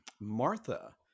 Martha